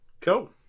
Cool